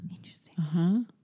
Interesting